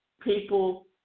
people